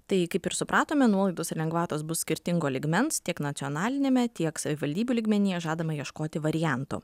tai kaip ir supratome nuolaidos ir lengvatos bus skirtingo lygmens tiek nacionaliniame tiek savivaldybių lygmenyje žadama ieškoti variantų